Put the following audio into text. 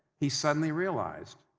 he suddenly realized,